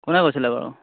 কোনে কৈছিলে বাৰু